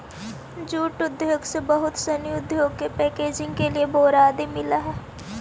jute उद्योग से बहुत सनी उद्योग के पैकेजिंग के लिए बोरा आदि मिलऽ हइ